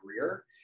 career